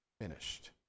finished